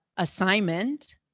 assignment